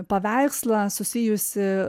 paveikslą susijusi